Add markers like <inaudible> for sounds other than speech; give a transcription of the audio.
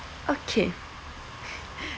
okay <laughs>